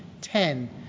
Ten